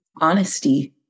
honesty